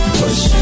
push